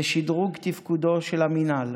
בשדרוג תפקודו של המינהל,